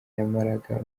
yamaraga